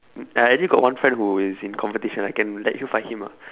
ya I already got one friend who is in competition I can let you fight him ah